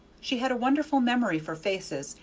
she had a wonderful memory for faces,